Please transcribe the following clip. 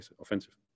offensive